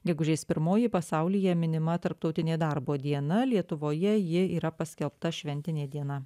gegužės pirmoji pasaulyje minima tarptautinė darbo diena lietuvoje ji yra paskelbta šventine diena